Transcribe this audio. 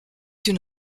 une